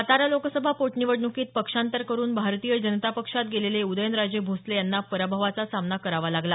सातारा लोकसभा पोटनिवडणूकीत पक्षांतर करुन भारतीय जनता पक्षात गेलेले उदयनराजे भोसले यांना पराभवाचा सामना करावा लागला